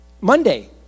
Monday